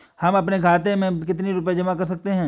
हम अपने खाते में कितनी रूपए जमा कर सकते हैं?